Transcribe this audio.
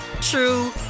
true